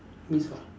means what